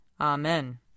Amen